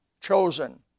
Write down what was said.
chosen